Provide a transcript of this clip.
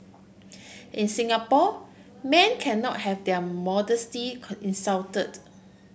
in Singapore men cannot have their modesty insulted